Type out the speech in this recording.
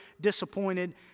disappointed